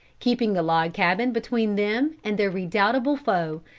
keeping the log cabin between them and their redoubtable foe,